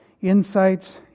insights